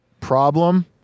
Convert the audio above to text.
Problem